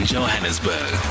Johannesburg